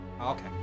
Okay